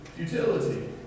Utility